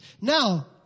Now